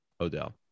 Odell